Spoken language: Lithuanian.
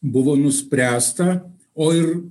buvo nuspręsta o ir